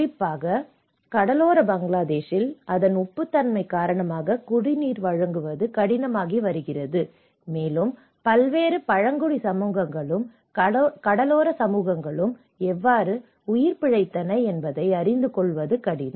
குறிப்பாக கடலோர பங்களாதேஷில் அதன் உப்புத்தன்மை காரணமாக குடிநீர் வழங்குவது கடினமாகி வருகிறது மேலும் பல்வேறு பழங்குடி சமூகங்களும் கடலோர சமூகங்களும் எவ்வாறு உயிர் பிழைத்தன என்பதை அறிந்து கொள்வது கடினம்